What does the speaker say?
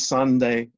Sunday